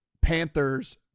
Panthers